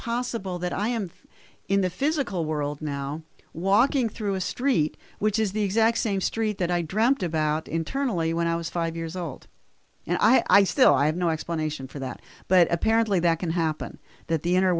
possible that i am in the physical world now walking through a street which is the exact same street that i dreamt about internally when i was five years old and i still i have no explanation for that but apparently that can happen that the